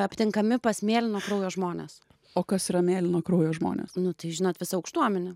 aptinkami pas mėlyno kraujo žmones o kas yra mėlyno kraujo žmonės nu tai žinot visa aukštuomenė